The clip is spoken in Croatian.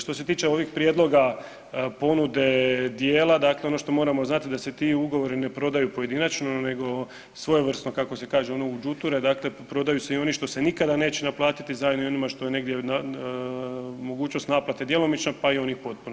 Što se tiče ovih prijedloga, ponude dijela dakle ono što moramo znati da se ti ugovori ne prodaju pojedinačno nego svojevrsno kako se kaže ono u đuture, dakle prodaju se i oni što se nikada neće naplatiti zajedno s onima gdje je mogućnost naplate djelomična pa i oni potpuno.